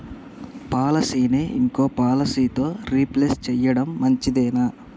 పాలసీని ఇంకో పాలసీతో రీప్లేస్ చేయడం మంచిదేనా?